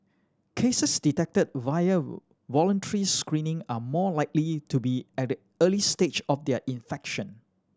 cases detected via voluntary screening are more likely to be at the early stage of their infection